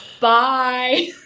bye